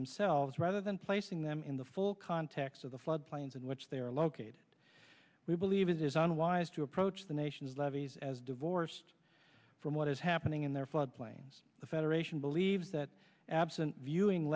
themselves rather than placing them in the full context of the flood plains in which they are located we believe it is unwise to approach the nation's levees as divorced from what is happening in their floodplains the federation believes that absent viewing